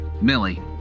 millie